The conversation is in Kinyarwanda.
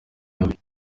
babiri